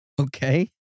Okay